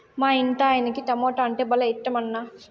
మా ఇంటాయనకి టమోటా అంటే భలే ఇట్టమన్నా